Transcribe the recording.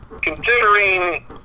Considering